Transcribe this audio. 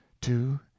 two